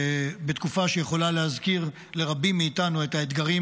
בתקופה שיכולה להזכיר לרבים מאיתנו את האתגרים